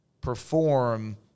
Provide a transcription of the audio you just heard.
perform